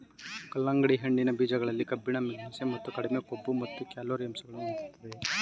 ಕಲ್ಲಂಗಡಿ ಹಣ್ಣಿನ ಬೀಜಗಳಲ್ಲಿ ಕಬ್ಬಿಣ, ಮೆಗ್ನೀಷಿಯಂ ಮತ್ತು ಕಡಿಮೆ ಕೊಬ್ಬು ಮತ್ತು ಕ್ಯಾಲೊರಿ ಅಂಶಗಳನ್ನು ಹೊಂದಿದೆ